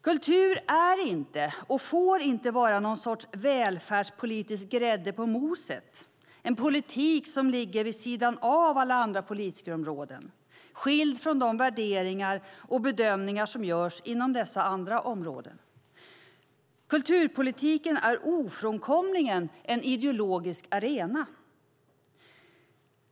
Kultur är inte - och får inte vara - någon sorts välfärdspolitiskt grädde på moset, en politik som ligger vid sidan av alla andra politikerområden, skild från de värderingar och bedömningar som görs inom dessa andra områden. Kulturpolitiken är ofrånkomligen en ideologisk arena.